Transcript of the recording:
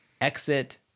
exit